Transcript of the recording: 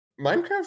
Minecraft